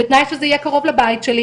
בתנאי שזה יהיה קרוב לבית שלי.